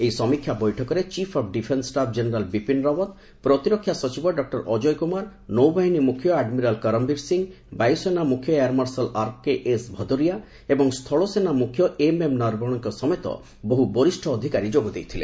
ଏହି ସମୀକ୍ଷା ବୈଠକରେ chief of defence staff general Bipin Rawat ପ୍ରତିରକ୍ଷା ସଚିବ ଡକୁର ଅଜୟ କୁମାର ନୌବାହିନୀ ମୁଖ୍ୟ ଆଡମିରାଲ୍ କରମବୀର ସିଂହ ବାୟୁସେନା ମୁଖ୍ୟ ଏୟାର୍ ମାର୍ଶାଲ୍ ଆର୍କେଏସ୍ ଭଦୋରିଆ ଏବଂ ସ୍କୁଳସେନା ମୁଖ୍ୟ ଏମ୍ଏମ୍ ନରବଣେଙ୍କ ସମେତ ବହୁ ବରିଷ୍ଠ ଅଧିକାରୀ ଯୋଗ ଦେଇଥିଲେ